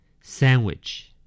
Sandwich